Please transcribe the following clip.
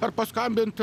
ar paskambinti